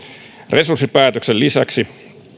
resurssipäätösten lisäksi